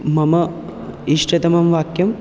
मम इष्टतमं वाक्यं